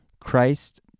Christ